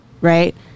right